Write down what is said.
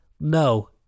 No